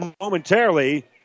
momentarily